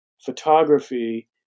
photography